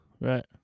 Right